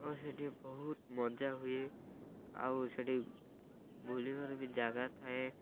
ଆଉ ସେଠି ବହୁତ ମଜା ହୁଏ ଆଉ ସେଠି ବୁଲିବାର ବି ଜାଗା ଥାଏ